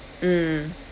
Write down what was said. mm